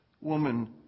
Woman